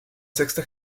sexta